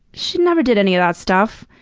she never did any of that stuff.